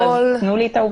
אז תנו לי את העובדות.